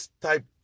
type